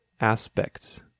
aspects